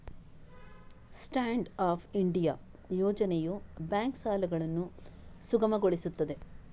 stand up India ಯೋಜನೆಯು bank ಸಾಲಗಳನ್ನು ಸುಗಮಗೊಳಿಸುತ್ತದೆ